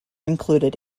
included